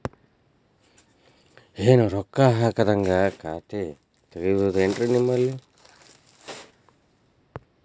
ಏನು ರೊಕ್ಕ ಹಾಕದ್ಹಂಗ ಖಾತೆ ತೆಗೇಬಹುದೇನ್ರಿ ನಿಮ್ಮಲ್ಲಿ?